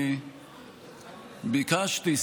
ביקשתי,